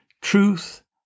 truth